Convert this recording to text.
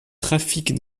trafic